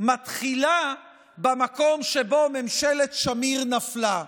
מתחילה במקום שבו ממשלת שמיר נפלה.